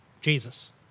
Jesus